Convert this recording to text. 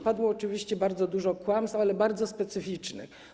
Padło oczywiście bardzo dużo kłamstw, ale bardzo specyficznych.